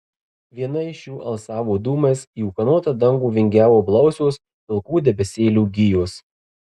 viena iš jų alsavo dūmais į ūkanotą dangų vingiavo blausios pilkų debesėlių gijos